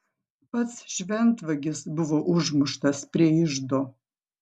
pats šventvagis buvo užmuštas prie iždo